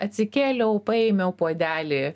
atsikėliau paėmiau puodelį